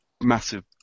massive